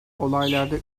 olaylarda